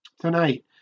Tonight